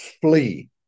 flee